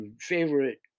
favorite